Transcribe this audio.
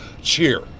cheer